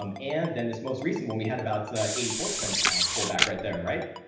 um and then this most recent one, we had about so ah eighty four percent pullback right there, right.